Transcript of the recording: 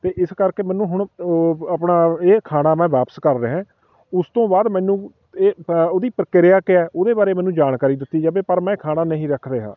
ਅਤੇ ਇਸ ਕਰਕੇ ਮੈਨੂੰ ਹੁਣ ਉਹ ਆਪਣਾ ਇਹ ਖਾਣਾ ਮੈਂ ਵਾਪਸ ਕਰ ਰਿਹਾ ਉਸ ਤੋਂ ਬਾਅਦ ਮੈਨੂੰ ਇਹ ਉਹਦੀ ਪ੍ਰਕਿਰਿਆ ਕਿਆ ਉਹਦੇ ਬਾਰੇ ਮੈਨੂੰ ਜਾਣਕਾਰੀ ਦਿੱਤੀ ਜਾਵੇ ਪਰ ਮੈਂ ਖਾਣਾ ਨਹੀਂ ਰੱਖ ਰਿਹਾ